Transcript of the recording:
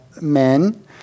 men